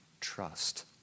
trust